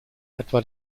etwa